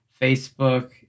Facebook